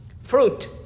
Fruit